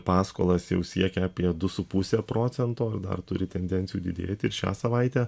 paskolas jau siekia apie du su puse procento ir dar turi tendencijų didėti ir šią savaitę